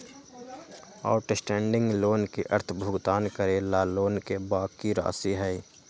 outstanding loan के अर्थ भुगतान करे ला लोन के बाकि राशि हई